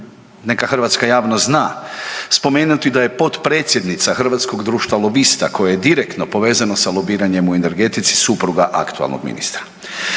neka hrvatska javnost zna da je potpredsjednica Hrvatskog društva lobista koje je direktno povezana u lobiranjem u energetici supruga aktualnog ministra.